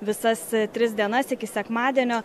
visas tris dienas iki sekmadienio